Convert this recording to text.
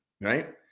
Right